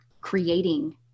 creating